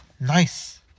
nice